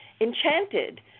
enchanted